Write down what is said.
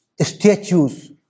statues